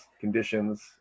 conditions